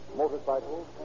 motorcycles